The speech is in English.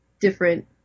different